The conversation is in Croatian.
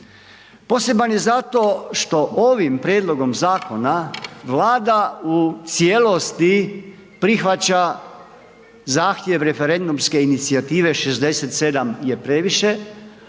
Poseban je zato što ovim prijedlogom zakona Vlada u cijelosti prihvaća zahtjev referendumske inicijative 67 je previše,